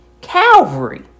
Calvary